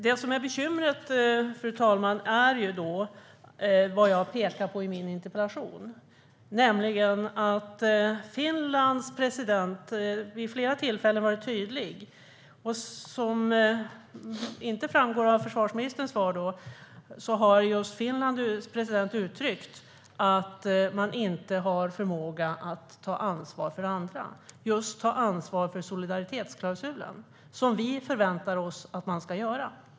Det som är bekymret, fru talman, är vad jag pekar på i min interpellation, nämligen att Finlands president vid flera tillfällen har varit tydlig och uttryckt att man inte har förmåga att ta ansvar för andra, ta ansvar för solidaritetsklausulen som vi förväntar oss att man ska göra.